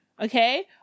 Okay